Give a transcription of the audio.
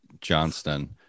Johnston